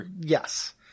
Yes